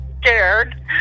scared